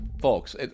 folks